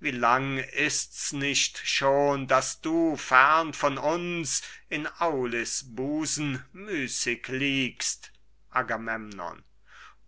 wie lang ist's nicht schon daß du fern von uns in aulis busen müßig liegst agamemnon